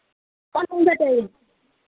कौन कौन सा चाहिए